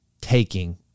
taking